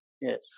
Yes